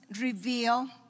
reveal